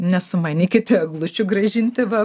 nesumanykite eglučių grąžinti va